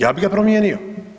Ja bi ga promijenio.